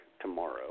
tomorrow